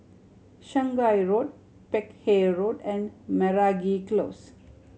Shanghai Road Peck Hay Road and Meragi Close